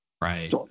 Right